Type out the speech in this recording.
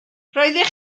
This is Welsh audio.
roeddech